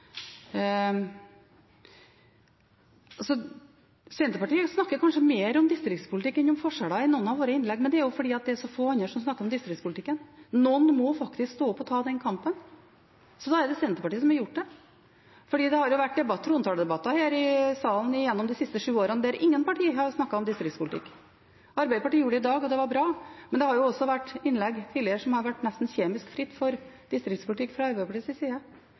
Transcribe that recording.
Senterpartiet snakker kanskje i noen av sine innlegg mer om distriktspolitikk enn om forskjeller, men det er fordi det er så få andre som snakker om distriktspolitikk. Noen må faktisk stå opp og ta den kampen. Da er det Senterpartiet som har gjort det, for det har vært trontaledebatter her i salen gjennom de siste sju årene der ingen parti har snakket om distriktspolitikk. Arbeiderpartiet gjorde det i dag, og det var bra, men det har også vært innlegg tidligere som har vært nesten kjemisk fri for distriktspolitikk fra Arbeiderpartiets side.